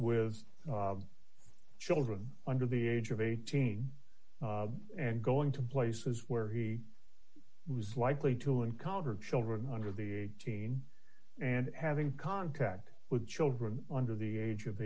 with children under the age of eighteen and going to places where he was likely to encounter children under the eighteen and having contact with children under the age of